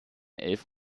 elf